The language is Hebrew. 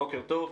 בוקר טוב.